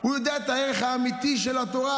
הוא יודע את הערך האמיתי של התורה,